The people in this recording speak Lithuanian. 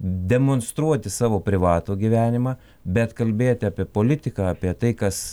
demonstruoti savo privatų gyvenimą bet kalbėti apie politiką apie tai kas